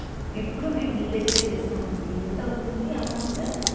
ఎప్పుడూ మేము మీ దగ్గరే చేస్తామండి ఎంత అవుతుంది అమౌంటు